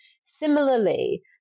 Similarly